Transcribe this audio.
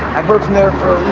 i broke from there